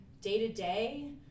Day-to-day